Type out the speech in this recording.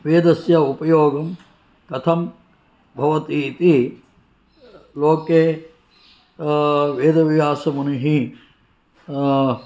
वेदस्य उपयोगं कथं भवति इति लोके वेदव्यासमुनिः